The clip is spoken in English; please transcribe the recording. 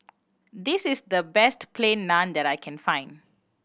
this is the best Plain Naan that I can find